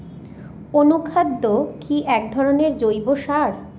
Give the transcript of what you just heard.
অনুখাদ্য কি এক ধরনের জৈব সার?